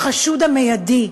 "החשוד המיידי".